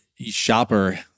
shopper